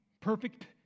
perfect